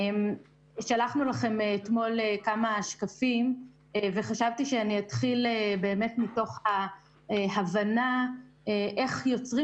שלחנו לכם אתמול כמה שקפים וחשבתי שאתחיל באמת מתוך ההבנה איך יוצרים